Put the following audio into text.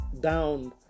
down